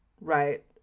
right